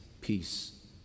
peace